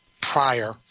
prior